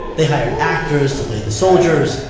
they hired actors to play the soldiers,